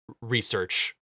research